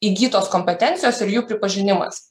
įgytos kompetencijos ir jų pripažinimas